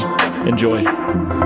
Enjoy